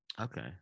okay